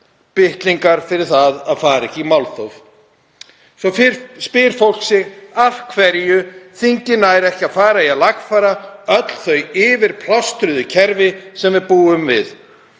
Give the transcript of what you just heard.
bitlingar fyrir það að fara ekki í málþóf. Svo spyr fólk sig af hverju þingið nær ekki að lagfæra öll þau yfirplástruðu kerfi sem við búum við.